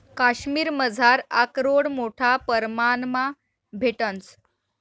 काश्मिरमझार आकरोड मोठा परमाणमा भेटंस